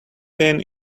pan